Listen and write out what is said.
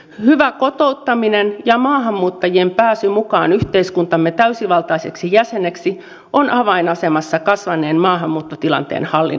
hyvä kotouttaminen ja maahanmuuttajien pääsy mukaan yhteiskuntamme täysivaltaisiksi jäseniksi on avainasemassa kasvaneen maahanmuuttotilanteen hallinnassa